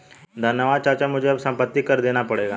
धन्यवाद चाचा मुझे बस अब संपत्ति कर देना पड़ेगा